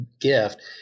gift